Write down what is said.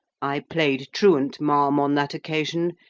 i played truant, ma'am, on that occasion,